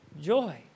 joy